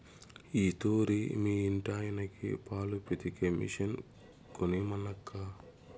ఈ తూరి మీ ఇంటాయనకి పాలు పితికే మిషన్ కొనమనక్కా